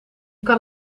kan